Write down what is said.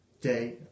day